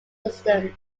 systems